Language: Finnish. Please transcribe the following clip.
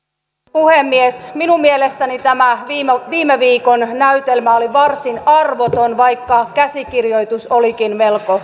puhemies minun mielestäni tämä viime viikon näytelmä oli varsin arvoton vaikka käsikirjoitus olikin melko